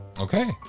Okay